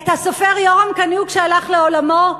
את הסופר יורם קניוק שהלך לעולמו.